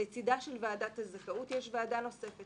לצדה של ועדת זכאות יש ועדה נוספת,